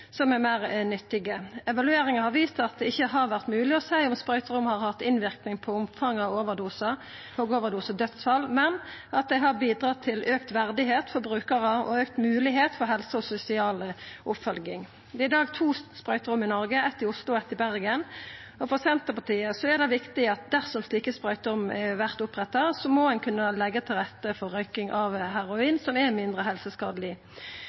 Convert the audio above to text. som er meir nyttige. Evalueringa har vist at det ikkje har vore mogleg å seia om sprøyterom har hatt innverknad på omfanget av overdosar og overdosedødsfall, men at dei har bidratt til auka verdigheit for brukarar og auka moglegheit for helseoppfølging og sosial oppfølging. Det er i dag to sprøyterom i Noreg – eitt i Oslo og eitt i Bergen. For Senterpartiet er det viktig at dersom slike sprøyterom vert oppretta, må ein kunna leggja til rette for røyking av heroin, som er mindre helseskadeleg.